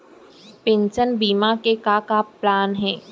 Pension बीमा के का का प्लान हे?